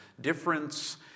difference